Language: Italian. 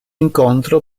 incontro